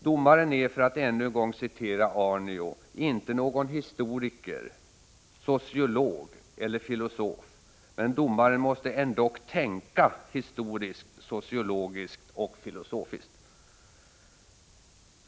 Domaren är — för att ännu en gång citera Aarnio — inte någon historiker, sociolog eller filosof, men domaren måste ändock tänka historiskt, sociologiskt och filosofiskt.